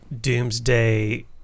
doomsday